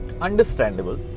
Understandable